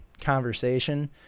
conversation